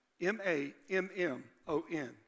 m-a-m-m-o-n